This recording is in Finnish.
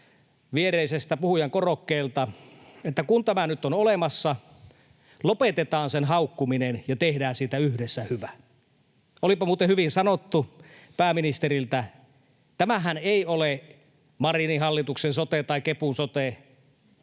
viereiseltä puhujakorokkeelta, että ”kun tämä nyt on olemassa, lopetetaan sen haukkuminen ja tehdään siitä yhdessä hyvä”. Olipa muuten hyvin sanottu pääministeriltä. Tämähän ei ole Marinin hallituksen sote tai kepu-sote,